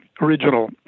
original